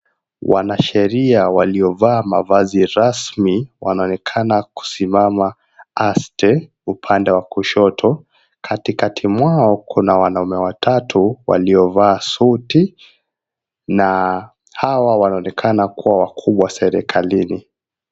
Wanasheria waliovaa mavazi rasmi wanaonekana kusimama aste. Upande wa kushoto katikati mwao kuna wanaume watatu waliovaa suti na hawa wanaonekana kuwa wakubwa serikalini.